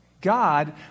God